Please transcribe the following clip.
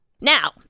Now